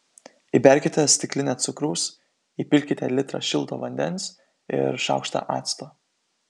įberkite stiklinę cukraus įpilkite litrą šilto vandens ir šaukštą acto